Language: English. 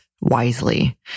wisely